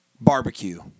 Barbecue